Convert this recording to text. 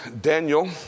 Daniel